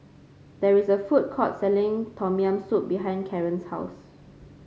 there is a food court selling Tom Yam Soup behind Karen's house